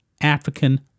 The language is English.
African